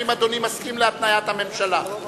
האם אדוני מסכים להתניית הממשלה?